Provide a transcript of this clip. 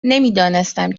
نمیدانستم